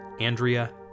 Andrea